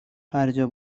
هرجا